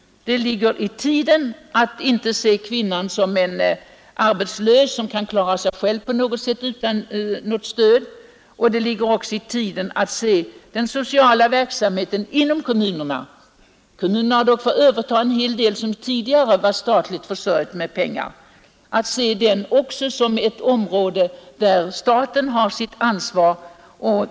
Det ligger i tiden att angripa arbetslösheten även när det gäller kvinnor. Det ligger också i tiden att betrakta den sociala verksamheten i kommunerna som ett område där staten har sitt ansvar.